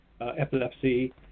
epilepsy